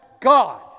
God